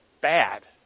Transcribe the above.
bad